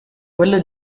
quello